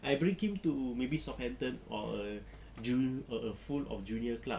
I bring him to maybe southampton or a jun~ or a full of junior club